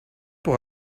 pour